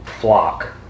flock